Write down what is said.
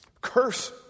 curse